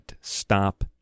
Stop